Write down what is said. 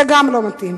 גם זה לא מתאים.